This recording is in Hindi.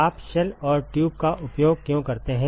आप शेल और ट्यूब का उपयोग क्यों करते हैं